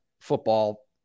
football